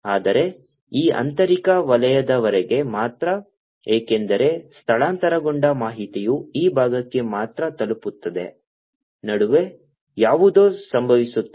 ಆದರೆ ಈ ಆಂತರಿಕ ವಲಯದವರೆಗೆ ಮಾತ್ರ ಏಕೆಂದರೆ ಸ್ಥಳಾಂತರಗೊಂಡ ಮಾಹಿತಿಯು ಈ ಭಾಗಕ್ಕೆ ಮಾತ್ರ ತಲುಪುತ್ತದೆ ನಡುವೆ ಯಾವುದೋ ಸಂಭವಿಸುತ್ತದೆ